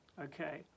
Okay